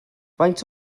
faint